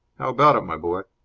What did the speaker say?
how about it, my boy?